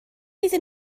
iddyn